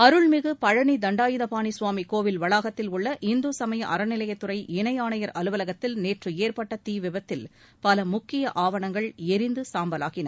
அருள்மிகு பழனி தண்டாயுதபாணி சுவாமி கோவில் வளாகத்தில் உள்ள இந்து சமய அறநிலையத்துறை இணை ஆணையர் அலுவலகத்தில் நேற்று ஏற்பட்ட தீ விபத்தில் பல முக்கிய ஆவணங்கள் எரிந்து சாம்பலாயின